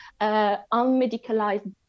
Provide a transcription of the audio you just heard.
unmedicalized